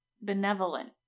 benevolent